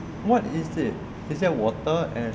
what is it is it water and